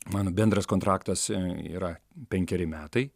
mano bendras kontraktas yra penkeri metai